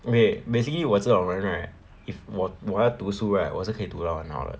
okay basically 我这种人 right if 我我要读书 right 我是可以读到很好的